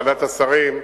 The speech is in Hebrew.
ועדת השרים,